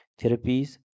Therapies